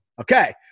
Okay